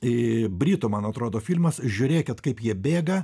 į britų man atrodo filmas žiūrėkit kaip jie bėga